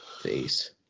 Face